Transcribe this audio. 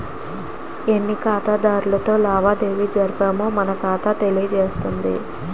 ఎన్ని ఖాతాదారులతో లావాదేవీలు జరిపామో మన ఖాతా తెలియజేస్తుంది